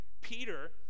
Peter